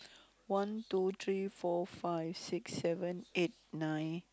one two three four five six seven eight nine